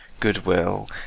goodwill